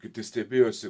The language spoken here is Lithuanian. kiti stebėjosi